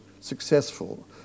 successful